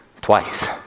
twice